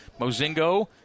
Mozingo